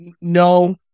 No